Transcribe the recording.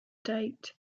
date